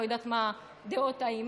לא יודעת מה דעות האימא,